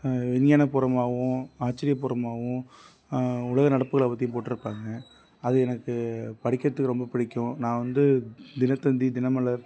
விஞ்ஞானப்பூர்வமாகவும் ஆச்சர்யப்பூர்வமாகவும் உலக நடப்புகளை பற்றி போட்டிருப்பாங்க அது எனக்கு படிக்கிறதுக்கு ரொம்ப பிடிக்கும் நான் வந்து தினத்தந்தி தினமலர்